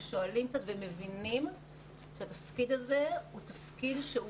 הם שואלים ומבינים שהתפקיד הזה הוא תפקיד שהוא